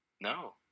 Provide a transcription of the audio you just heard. No